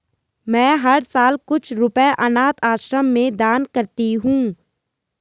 मैं हर साल कुछ रुपए अनाथ आश्रम में दान करती हूँ